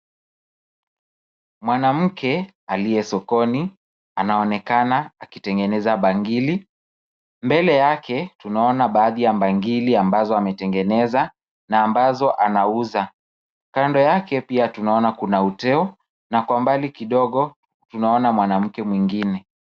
Mwanamke aliye sokoni, anaonekana akitengeneza bangili. Mbele yake tunaona baadhi ya bangili ambazo ametengeneza na ambazo anauza. Kando yake pia tunaona kuna uteo na kwa mbali kidogo tunaona mwanamke mwingine.